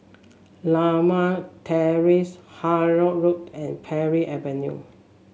Limau Terrace Havelock Road and Parry Avenue